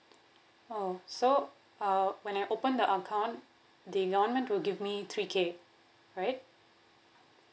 oh so uh when I open the account the government will give me three K right